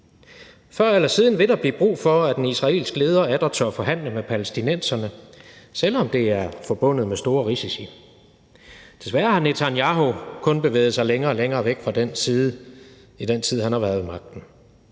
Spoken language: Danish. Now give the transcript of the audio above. Før eller siden vil der blive brug for, at en israelsk leder atter tør forhandle med palæstinenserne, selv om det er forbundet med store risici. Desværre har Netanyahu kun bevæget sig længere og længere væk fra den side i den tid, han har været ved magten.